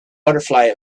butterfly